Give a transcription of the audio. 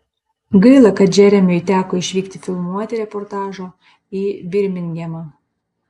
gaila kad džeremiui teko išvykti filmuoti reportažo į birmingemą